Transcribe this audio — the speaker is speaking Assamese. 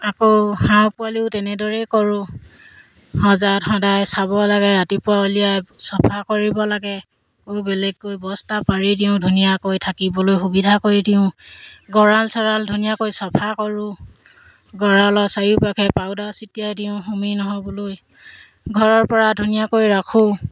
আকৌ হাঁহ পোৱালিও তেনেদৰেই কৰোঁ সজাত সদায় চাব লাগে ৰাতিপুৱা উলিয়াই চফা কৰিব লাগে কৈ বেলেগকৈ বস্তা পাৰি দিওঁ ধুনীয়াকৈ থাকিবলৈ সুবিধা কৰি দিওঁ গড়াল চৰাল ধুনীয়াকৈ চফা কৰোঁ গড়ালৰ চাৰিওকাষে পাউদাৰ ছিটিয়াই দিওঁ হোমি নহ'বলৈ ঘৰৰপৰা ধুনীয়াকৈ ৰাখোঁ